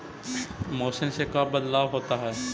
मौसम से का बदलाव होता है?